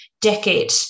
decade